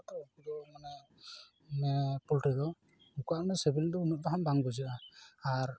ᱩᱱᱠᱩ ᱫᱚ ᱢᱟᱱᱮ ᱯᱳᱞᱴᱨᱤ ᱫᱚ ᱩᱱᱠᱩᱣᱟᱜ ᱫᱚ ᱢᱟᱱᱮ ᱥᱮᱵᱮᱞ ᱫᱚ ᱱᱟᱦᱟᱸᱜ ᱫᱚ ᱵᱟᱝ ᱵᱩᱡᱷᱟᱹᱜᱼᱟ ᱟᱨ